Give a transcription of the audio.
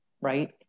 right